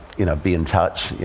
you know, be in touch.